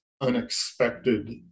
unexpected